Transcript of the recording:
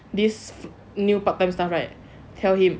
this new part time staff right tell him